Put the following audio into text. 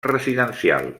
residencial